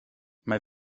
mae